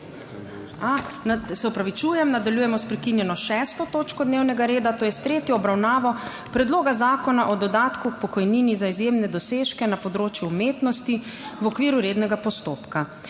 A, opravičujem. Nadaljujemo s prekinjeno 6. točko dnevnega reda, to je s tretjo obravnavo Predloga zakona o dodatku k pokojnini za izjemne dosežke na področju umetnosti v okviru rednega postopka.